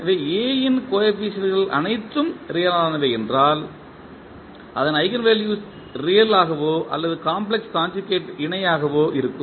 எனவே A இன் கோஎபிசியன்ட்கள் அனைத்தும் ரியல் ஆனவை என்றால் அதன் ஈஜென்வெல்யூஸ் ரியல் ஆகவோ அல்லது காம்ப்ளக்ஸ் காஞ்சுகேட் இணை ஆகவோ இருக்கும்